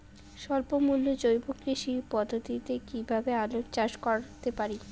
স্বল্প মূল্যে জৈব কৃষি পদ্ধতিতে কীভাবে আলুর চাষ করতে পারি?